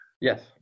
Yes